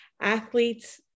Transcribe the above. athletes